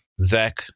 Zach